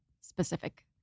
specific